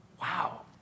Wow